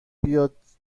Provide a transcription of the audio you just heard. بیاد